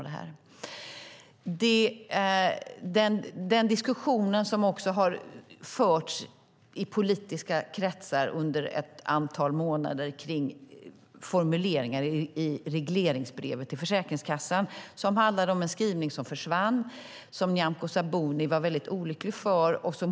Det har förts en diskussion i politiska kretsar under ett antal månader kring formuleringar i regleringsbrevet till Försäkringskassan. Den handlade om en skrivning som försvann, vilket Nyamko Sabuni var väldigt olycklig över.